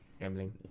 Gambling